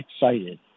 excited